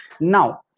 now